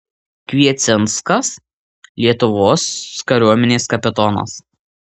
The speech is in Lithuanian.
kviecinskas lietuvos kariuomenės kapitonas